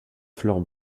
fleurs